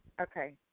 Okay